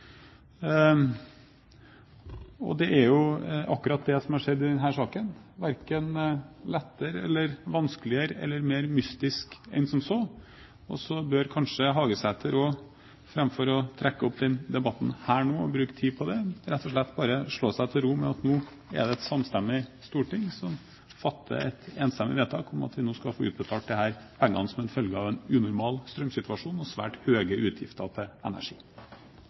sånn. Det er jo akkurat det som har skjedd i denne saken, verken lettere eller vanskeligere eller mer mystisk enn som så. Og så bør kanskje Hagesæter framfor å trekke opp denne debatten nå og bruke tid på det, rett og slett bare slå seg til ro med at nå er det et samstemmig storting som fatter et enstemmig vedtak om at vi nå skal få utbetalt disse pengene som en følge av en unormal strømsituasjon og svært høye utgifter til energi.